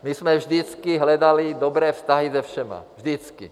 My jsme vždycky hledali dobré vztahy se všemi, vždycky.